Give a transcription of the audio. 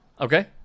Okay